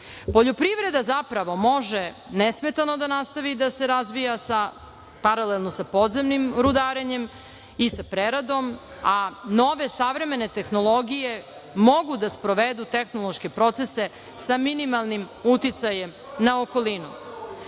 kategorije. Poljoprivreda može nesmetano da nastavi da se razvija paralelno sa podzemnim rudarenjem i sa preradom, a nove savremene tehnologije mogu da sprovedu tehnološke procese sa minimalnim uticajem na okolinu. Čuli